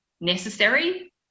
necessary